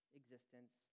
existence